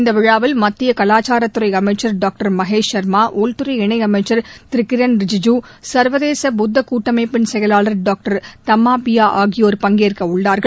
இந்த விழாவில் மத்திய கலாச்சாரத்துறை அமைச்சர் டாக்டர் மகேஷ் சர்மா உள்துறை இணையமைச்சர் கிரன் ரிஜிஜு சர்வதேச புத்த கூட்டமைப்பின் செயலாளர் டாக்டர் தம்மிபியா ஆகியோர் திரு பங்கேற்கவுள்ளார்கள்